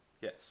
Yes